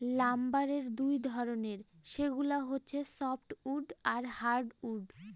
লাম্বারের দুই ধরনের, সেগুলা হচ্ছে সফ্টউড আর হার্ডউড